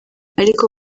ariko